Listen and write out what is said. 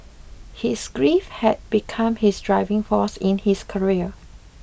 his grief had become his driving force in his career